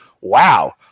wow